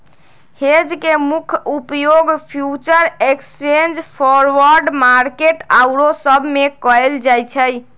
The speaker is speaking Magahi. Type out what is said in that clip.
हेज के मुख्य उपयोग फ्यूचर एक्सचेंज, फॉरवर्ड मार्केट आउरो सब में कएल जाइ छइ